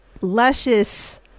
luscious